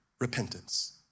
repentance